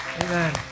amen